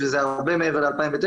וזה הרבה מעבר ל-2009.